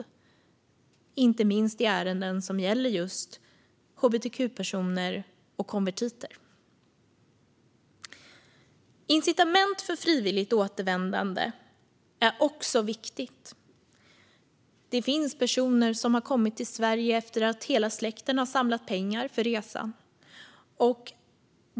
Det gäller inte minst ärenden rörande just hbtq-personer och konvertiter. Det är också viktigt med incitament för frivilligt återvändande. Det finns personer som har kommit till Sverige efter att hela släkten samlat pengar för resan.